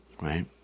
Right